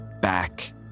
back